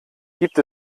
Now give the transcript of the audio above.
gibt